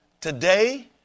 Today